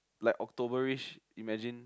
like Octoberish imagine